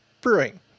brewing